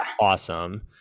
awesome